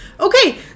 Okay